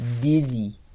Dizzy